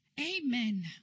amen